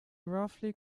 roughly